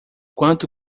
quanto